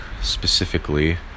specifically